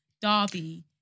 Darby